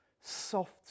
soft